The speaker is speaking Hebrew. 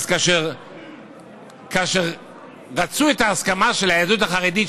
כאשר רצו את ההסכמה של היהדות החרדית,